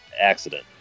accident